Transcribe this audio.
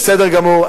בסדר גמור.